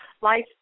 life